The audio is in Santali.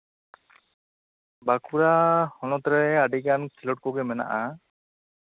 ᱵᱟᱸᱠᱩᱲᱟ ᱦᱚᱱᱚᱛᱨᱮ ᱟᱹᱰᱤᱜᱟᱱ ᱠᱷᱮᱞᱳᱰ ᱠᱚᱜᱮ ᱢᱮᱱᱟᱜᱼᱟ